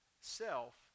self